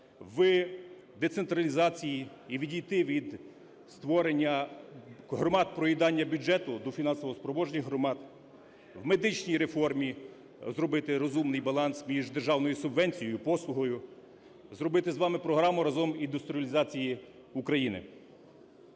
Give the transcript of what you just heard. в децентралізації. І відійти від створення громад проїдання бюджету до фінансово спроможних громад. В медичній реформі зробити розумний баланс між державною субвенцією і послугою. Зробити з вами програму разом індустріалізації України.